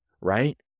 right